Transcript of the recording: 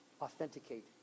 authenticate